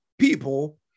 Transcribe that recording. People